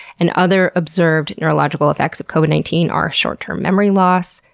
and other observed neurological effects of covid nineteen are short-term memory loss,